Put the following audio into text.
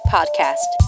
Podcast